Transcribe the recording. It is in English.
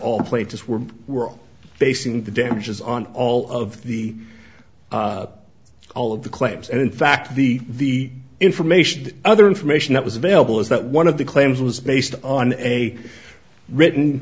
all places were we're basing the damages on all of the all of the claims and in fact the the information the other information that was available is that one of the claims was based on a written